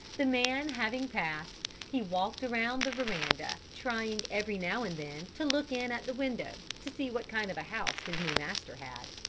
the man having passed, he walked around the veranda trying every now and then to look in at the window to see what kind of a house his new master had.